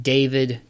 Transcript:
David